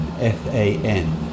F-A-N